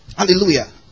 Hallelujah